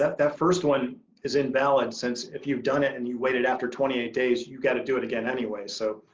ah first one is invalid since if you've done it and you wait until after twenty eight days, you gotta do it again anyway. so,